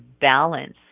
balance